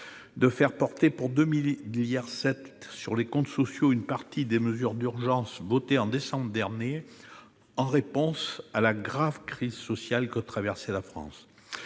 sociaux, pour 2,7 milliards d'euros, une partie des mesures d'urgence votées en décembre dernier en réponse à la grave crise sociale que traversait la France.